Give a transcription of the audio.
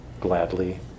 gladly